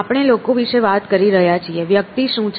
આપણે લોકો વિશે વાત કરી રહ્યા છીએ વ્યક્તિ શું છે